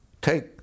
take